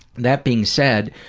that being said,